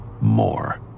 more